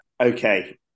Okay